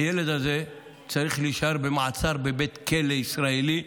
הילד הזה צריך להישאר במעצר בבית כלא ישראלי,